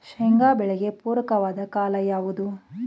ಶೇಂಗಾ ಬೆಳೆಗೆ ಪೂರಕವಾದ ಕಾಲ ಯಾವುದು?